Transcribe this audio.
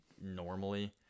normally